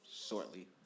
shortly